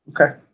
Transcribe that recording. Okay